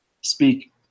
speak –